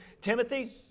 Timothy